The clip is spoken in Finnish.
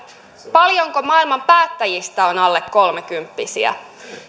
paljonko maailman päättäjistä on alle kolmekymppisiä